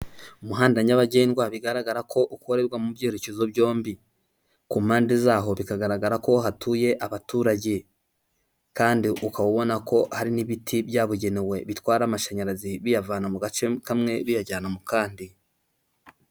Umuhanda nyabagendwa bigaragara ko ukorerwa mu byerekezo byombi. Ku mpande zaho bikagaragara ko hatuye abaturage. Kandi ukaba ubona ko hari n'ibiti byabugenewe bitwara amashanyarazi biyavana mu gace kamwe biyajyana mu kandi.